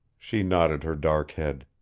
she nodded her dark head.